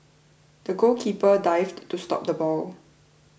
the goalkeeper dived to stop the ball